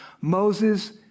Moses